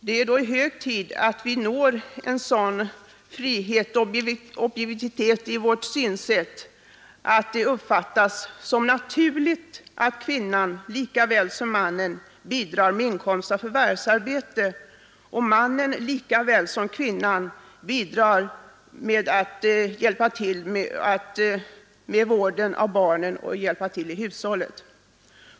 Det är hög tid att vi når en sådan frihet och objektivitet i vårt synsätt att vi uppfattar det som naturligt att kvinnan lika väl som mannen bidrar med inkomst av förvärvsarbete och att mannen lika väl som kvinnan hjälper till med vård av barnen och skötsel av hushållet.